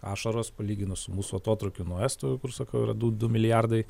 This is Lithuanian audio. ašaros palyginus su mūsų atotrūkiu nuo estų kur sakau yra du du milijardai